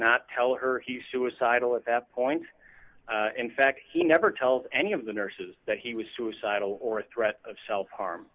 not tell her he's suicidal at that point in fact he never tells any of the nurses that he was suicidal or threat of self harm